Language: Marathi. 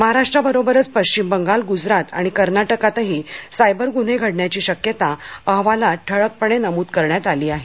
महाराष्ट्राबरोबरच पश्चिम बंगाल गुजरात आणि कर्नाटकातही सायबर गुन्हे घडण्याची शक्यता अहवालात ठळकपणे नमूद करण्यात आली आहे